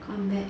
come back